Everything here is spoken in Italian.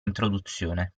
introduzione